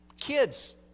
Kids